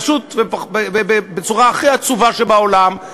פשוט בצורה הכי עצובה שבעולם,